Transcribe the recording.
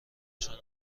چون